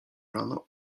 rano